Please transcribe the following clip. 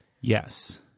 Yes